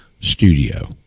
Studio